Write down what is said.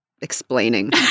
explaining